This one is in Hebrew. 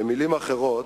במלים אחרות,